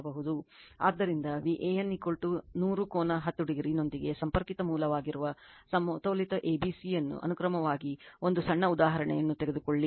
ಆದ್ದರಿಂದ Van 100 ಕೋನ 10o ನೊಂದಿಗೆ ಸಂಪರ್ಕಿತ ಮೂಲವಾಗಿರುವ ಸಮತೋಲಿತ abc ಅನುಕ್ರಮವನ್ನು ಒಂದು ಸಣ್ಣ ಉದಾಹರಣೆಯನ್ನು ತೆಗೆದುಕೊಳ್ಳಿ